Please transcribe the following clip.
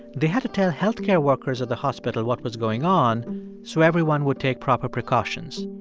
they had to tell health care workers at the hospital what was going on so everyone would take proper precautions.